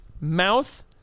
mouth